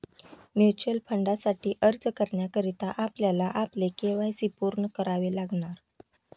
mutual फंडासाठी अर्ज करण्याकरता आपल्याला आपले के.वाय.सी पूर्ण करावे लागणार